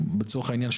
ולצורך העניין,